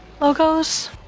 logos